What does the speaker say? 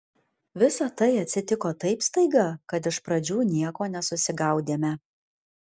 visa tai atsitiko taip staiga kad iš pradžių nieko nesusigaudėme